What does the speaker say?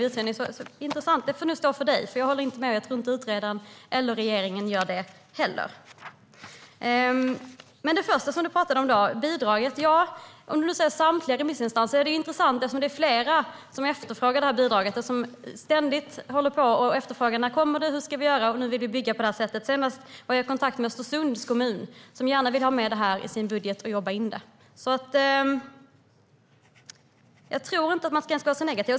Det är intressant, och det får stå för dig. Jag håller inte med, och jag tror inte att utredaren eller regeringen gör det heller. Du talade först om bidraget och sa att samtliga remissinstanser var emot. Det är intressant. Det är flera som ständigt efterfrågar det: När kommer det, och hur ska vi göra? Nu vill vi bygga på det sättet. Senast var jag i kontakt med Östersunds kommun, som gärna vill ha med det i sin budget och jobba in det. Jag tror inte att man ska vara så negativ.